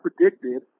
predicted